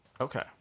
Okay